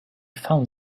found